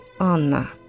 Anna